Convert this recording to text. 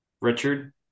Richard